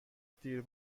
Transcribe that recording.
دیر